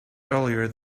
earlier